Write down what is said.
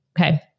Okay